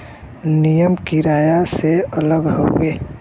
नियम किराया से अलग हउवे